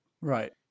Right